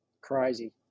crazy